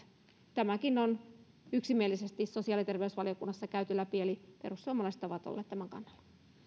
tämäkin on yksimielisesti sosiaali ja terveysvaliokunnassa käyty läpi eli perussuomalaiset ovat olleet tämän kannalla